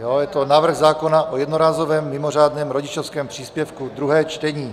Je to návrh zákona o jednorázovém mimořádném rodičovském příspěvku, druhé čtení.